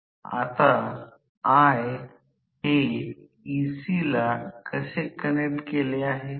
म्हणूनच प्रवाह r आणि F2 परस्परांशी संवाद साधतील आणि या क्षेत्राची दिशा त्याचा परिणाम हा Fr असेल